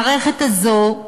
המערכת הזו,